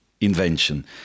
invention